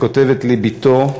וכותבת לי בתו: